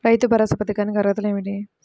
రైతు భరోసా పథకానికి అర్హతలు ఏమిటీ?